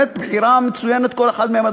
באמת בחירה מצוינת כל אחד מהם,